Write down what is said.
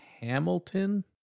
Hamilton